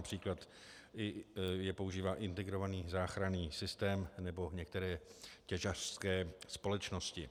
Například je používá i integrovaný záchranný systém nebo některé těžařské společnosti.